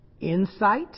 insight